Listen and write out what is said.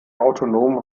autonomen